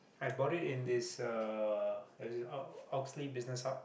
I bought it in this uh Oxley-Business-Hub